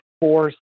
force